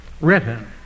written